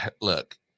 Look